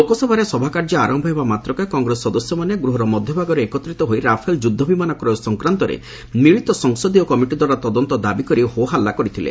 ଲୋକସଭାରେ ସଭାକାର୍ଯ୍ୟ ଆରମ୍ଭ ହେବା ମାତ୍ରକେ କଂଗ୍ରେସ ସଦସ୍ୟମାନେ ସଭାଗୃହର ମଧ୍ୟଭାଗରେ ଏକତ୍ରିତ ହୋଇ ରାଫେଲ ଯୁଦ୍ଧବିମାନ କ୍ରୟ ସଂକ୍ରାନ୍ତରେ ମିଳିତ ସଂସଦୀୟ କମିଟି ଦ୍ୱାରା ତଦନ୍ତ ଦାବିକରି ହୋ ହଲ୍ଲ କରିଲେ